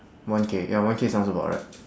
one K ya one K sounds about right